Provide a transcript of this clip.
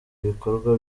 ibikorwa